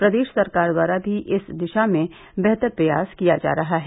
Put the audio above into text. प्रदेश सरकार द्वारा भी इस दिशा में बेहतर प्रयास किया जा रहा है